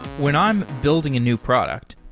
when i'm building a new product,